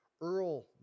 Earl